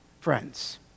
Friends